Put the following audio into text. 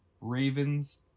Ravens